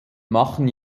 machen